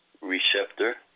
receptor